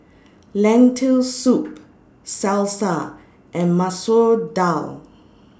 Lentil Soup Salsa and Masoor Dal